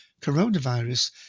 coronavirus